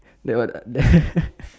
that one uh there